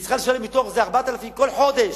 היא צריכה לשלם מתוך זה 4,000 כל חודש